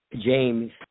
James